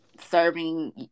serving